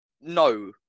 no